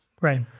Right